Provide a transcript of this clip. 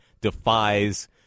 defies